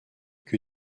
que